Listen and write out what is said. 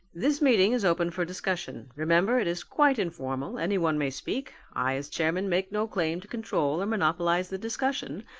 this meeting is open for discussion. remember it is quite informal, anyone may speak. i as chairman make no claim to control or monopolize the discussion.